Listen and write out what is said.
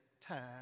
time